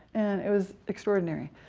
and it was extraordinary.